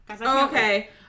Okay